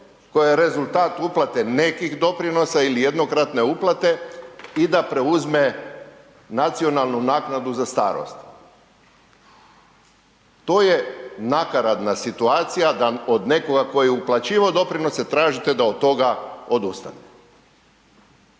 koja je rezultat uplate nekih doprinosa ili jednokratne uplate i da preuzme nacionalnu naknadu za starost. To je nakaradna situacija, da od nekoga tko je uplaćivao doprinose tražite da od toga odustane.